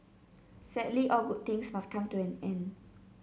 sadly all good things must come to an end